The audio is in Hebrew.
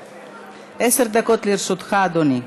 בבקשה, עשר דקות לרשותך, אדוני.